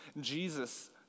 Jesus